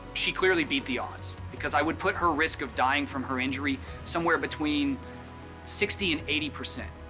she clearly beat the odds because i would put her risk of dying from her injury somewhere between sixty and eighty percent.